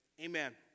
Amen